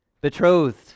betrothed